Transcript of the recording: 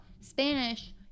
Spanish